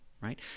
right